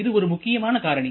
இது ஒரு முக்கியமான காரணி